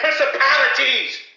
principalities